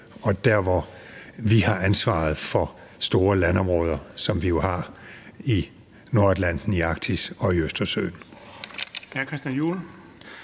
og dér, hvor vi har ansvaret for store landområder, som vi jo har i Nordatlanten, i Arktis og i Østersøen.